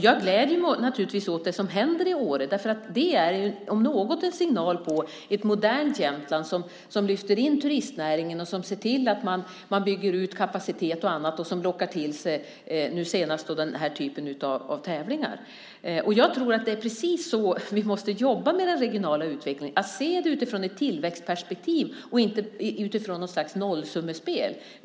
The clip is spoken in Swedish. Jag gläder mig naturligtvis åt det som händer i Åre, därför att det om något ju är en signal om ett modernt Jämtland som lyfter in turismnäringen och ser till att man bygger ut kapacitet och annat och lockar till sig nu senast den här typen av tävlingar. Jag tror att det är precis så vi måste jobba med den regionala utvecklingen: att se det utifrån ett tillväxtperspektiv och inte utifrån något slags nollsummespel.